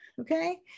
Okay